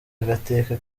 agateka